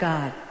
God